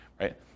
right